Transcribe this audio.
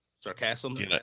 sarcasm